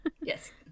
Yes